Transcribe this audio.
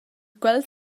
quel